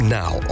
now